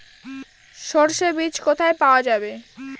সর্ষে বিজ কোথায় পাওয়া যাবে?